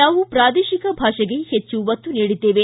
ನಾವು ಪ್ರಾದೇಶಿಕ ಭಾಷೆಗೆ ಹೆಚ್ಚು ಒತ್ತು ನೀಡಿದ್ದೇವೆ